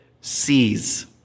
sees